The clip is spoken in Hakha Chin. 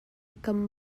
kam